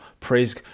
praise